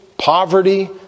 poverty